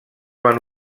van